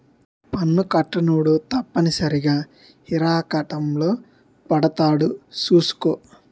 పన్ను కట్టనోడు తప్పనిసరిగా ఇరకాటంలో పడతాడు సూసుకో